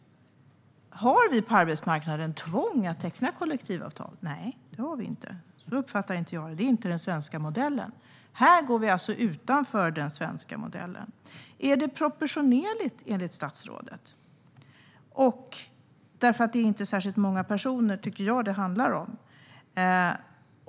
Har vi på arbetsmarknaden tvång att teckna kollektivavtal? Nej, det har vi inte. Det är inte den svenska modellen. Här går vi alltså utanför den svenska modellen. Är det proportionerligt, enligt statsrådet? Det är ju inte särskilt många personer, tycker jag, som det handlar om.